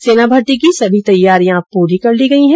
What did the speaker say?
सेना भर्ती की सभी तैयारियां पूरी कर ली गई है